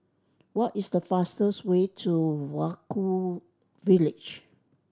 what is the fastest way to Vaiaku village